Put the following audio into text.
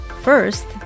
First